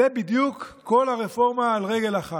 זו בדיוק כל הרפורמה על רגל אחת.